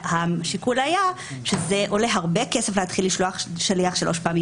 השיקול היה שזה עולה הרבה כסף להתחיל לשלוח שליח שלוש פעמים.